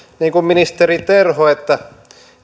niin kuin ei ministeri terhokaan muuta kuin että